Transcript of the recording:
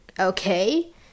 Okay